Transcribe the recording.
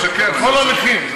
זה כל הנכים.